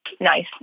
nice